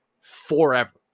forever